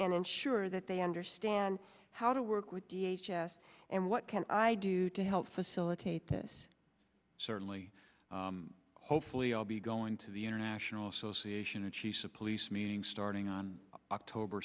and ensure that they understand how to work with us and what can i do to help facilitate this certainly hopefully i'll be going to the international association of chiefs of police meeting starting on october